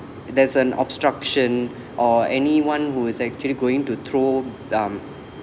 there's an obstruction or anyone who is actually going to throw um